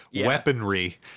weaponry